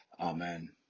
Amen